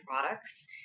products